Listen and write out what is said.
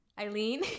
Eileen